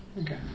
Okay